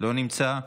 לא נמצא.